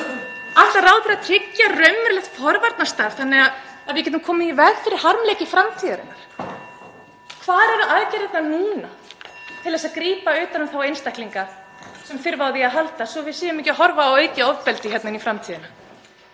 Ætlar ráðherra að tryggja raunverulegt forvarnastarf þannig að við getum komið í veg fyrir harmleiki framtíðarinnar? (Forseti hringir.) Hvar eru aðgerðirnar núna til að grípa utan um þá einstaklinga sem þurfa á því að halda svo að við séum ekki að horfa á aukið ofbeldi hér inn í framtíðina?